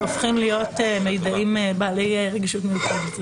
שהופכים להיות מידעים בעלי רגישות מיוחדת.